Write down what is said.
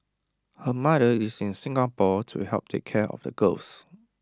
her mother is in Singapore to help take care of the girls